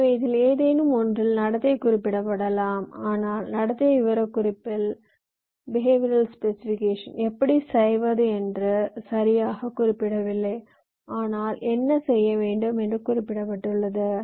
எனவே இதில் ஏதேனும் ஒன்றில் நடத்தை குறிப்பிடப்படலாம் ஆனால் நடத்தை விவரக்குறிப்பில் எப்படி செய்வது என்று சரியாகக் குறிப்பிடவில்லை ஆனால் என்ன செய்ய வேண்டும் என்று குறிப்பிட்டுள்ளது